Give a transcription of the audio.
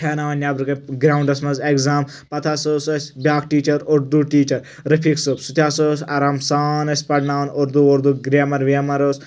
ہیاناوان نیٚبرٕ کٔنۍ گراونڈس منٛز ایگزام پَتہٕ ہَسا اوس سُہ اسہِ بیاکھ ٹیٖچر اردوٗ ٹیٖچر رفیٖق صٲب سُہ تہِ ہَسا اوس آرام سان اسہِ پرناوان اردوٗ وردوٗ گرامر وامر ٲس